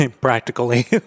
practically